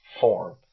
form